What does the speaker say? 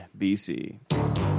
BC